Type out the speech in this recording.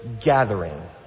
gathering